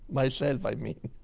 myself i mean.